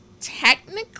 technically